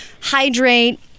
hydrate